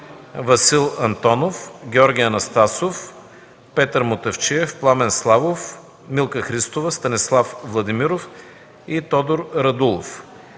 Васил Антонов, Георги Анастасов, Петър Мутафчиев, Пламен Славов, Милка Христова, Станислав Владимиров и Тодор Радулов.